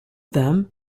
them